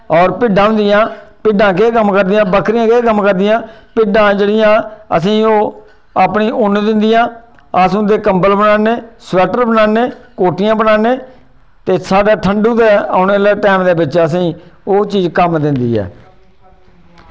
होर भिड्डां होंदियां भिड्डां केह् कम्म करदियां बक्करियां केह् कम्म करदियां भिड्डां जेह्ड़ियां असेंगी ओह् अपनी ऊन दिंदियां अस उंदे कम्बल बनांदे स्वेटर बनाने कोट्टियां बनाने ते साढ़े ठंडू दे औने आह्ले टैम च असेंगी ओह् चीज़ कम्म दिंदी ऐ